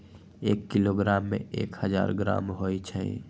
एक किलोग्राम में एक हजार ग्राम होई छई